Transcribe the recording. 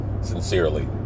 sincerely